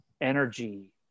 energy